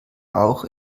auch